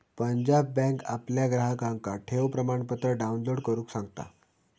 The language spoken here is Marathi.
पंजाब बँक आपल्या ग्राहकांका ठेव प्रमाणपत्र डाउनलोड करुक सांगता